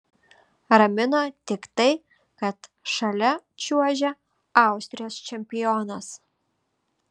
ramino tik tai kad šalia čiuožė austrijos čempionas